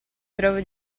trovo